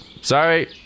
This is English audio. Sorry